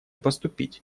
поступить